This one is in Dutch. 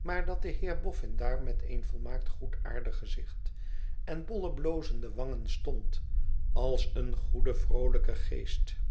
maar dat de heer boffin daar met een volmaakt goedaardig gezicht en bolle blozende wangen stond als een goede vroolijke geest